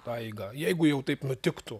tą eigą jeigu jau taip nutiktų